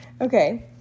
Okay